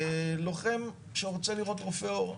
לוחם שרוצה לראות רופא עור,